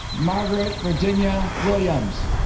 margaret virginia williams